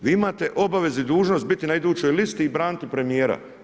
Vi imate obavezu i dužnost biti na idućoj listi i braniti premijera.